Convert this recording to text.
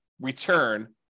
return